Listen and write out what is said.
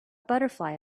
butterfly